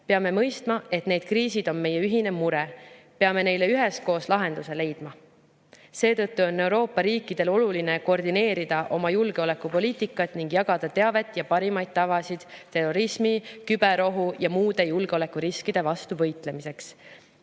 Peame mõistma, et need kriisid on meie ühine mure. Peame neile üheskoos lahenduse leidma. Seetõttu on Euroopa riikidel oluline koordineerida oma julgeolekupoliitikat ning jagada teavet ja parimaid tavasid terrorismi, küberohu ja muude julgeolekuriskide vastu võitlemiseks.